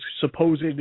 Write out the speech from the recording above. supposed –